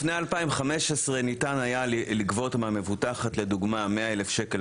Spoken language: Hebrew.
לפני 2015 ניתן היה לגבות מהמובטחת לדוגמה 100,000 שקל